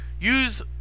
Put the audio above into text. use